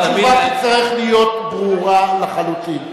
התשובה תצטרך להיות ברורה לחלוטין.